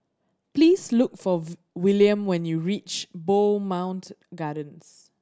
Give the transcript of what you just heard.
please look for Willam when you reach Bowmont Gardens